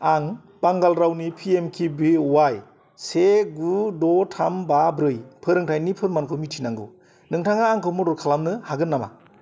आं बांगाल रावनि P M K B Y से गु द' थाम बा ब्रै फोरोंनायनि फोरमानखौ मिथिनांगौ नोंथाङा आंखौ मदद खालामनो हागोन नामा